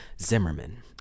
Zimmerman